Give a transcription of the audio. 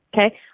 okay